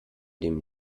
dem